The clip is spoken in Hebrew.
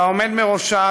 והעומד בראשה,